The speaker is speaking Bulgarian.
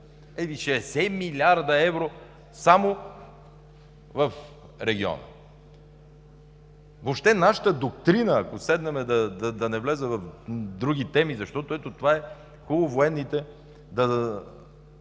или 60 млрд. евро само в региона. Въобще нашата доктрина, да не влизам в други теми, защото, ето това е хубаво – военните да